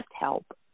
help